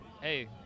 hey